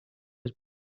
was